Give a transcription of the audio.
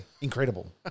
Incredible